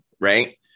right